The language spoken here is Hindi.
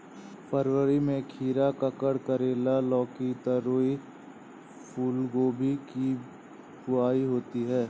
फरवरी में खीरा, ककड़ी, करेला, लौकी, तोरई, फूलगोभी की बुआई होती है